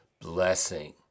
blessing